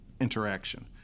interaction